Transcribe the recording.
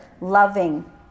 loving